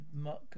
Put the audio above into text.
muck